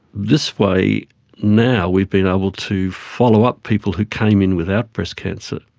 this way now we've been able to follow up people who came in without breast cancer,